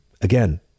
Again